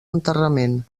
enterrament